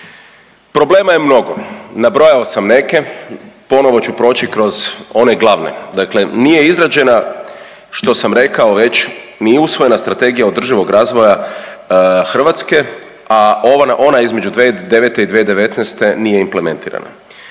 Problema je mnogo, nabrojao sam neke, ponovo ću proći kroz one glavne. Dakle, nije izrađena što sam rekao već, nije usvojena Strategija održivog razvoja Hrvatske, a onda između 2009. i 2019. nije implementirana.